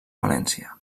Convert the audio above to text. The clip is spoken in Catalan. valència